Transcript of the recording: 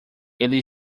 ele